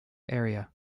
area